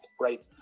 Right